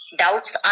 doubts